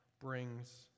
brings